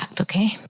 okay